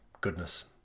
goodness